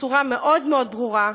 בצורה מאוד מאוד ברורה,